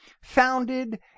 founded